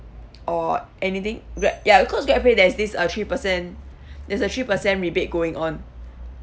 or anything where ya because GrabPay there is this uh three per cent there's a three per cent rebate going on